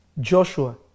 Joshua